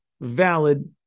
valid